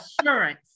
assurance